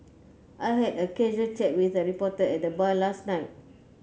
I had a casual chat with a reporter at the bar last night